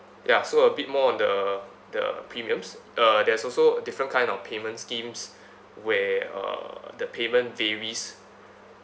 ya so a bit more on the the premiums uh there's also different kind of payment schemes where uh the payment varies